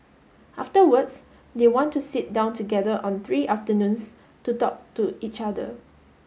afterwards they want to sit down together on three afternoons to talk to each other